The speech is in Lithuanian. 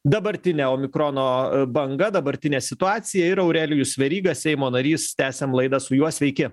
dabartinė omikrono banga dabartinė situacija ir aurelijus veryga seimo narys tęsiam laidą su juo sveiki